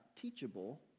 teachable